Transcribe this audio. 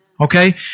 Okay